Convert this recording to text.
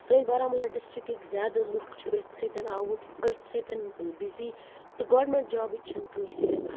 سٲنۍ بارہمولہ ڈِسٹرکٕکۍ زیادٕ لُکھ چھِ أتھۍ سۭتۍ آوُر أتھۍ سۭتۍ بِزِی تہٕ گورمیٚنٹ جابٕچ چھِنہٕ کٲنٛسہِ